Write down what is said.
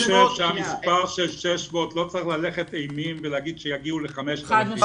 אני חושב שהמספר של 600 לא צריך ללכת אימים ולהגיד שיגיעו ל-5,000.